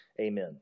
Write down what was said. Amen